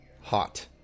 hot